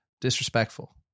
disrespectful